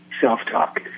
self-talk